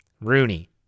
Rooney